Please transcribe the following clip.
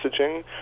messaging